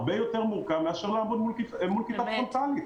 הרבה יותר מורכב מאשר לעבוד מול כיתה פרונטלית.